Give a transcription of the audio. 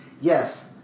yes